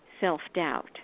self-doubt